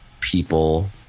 people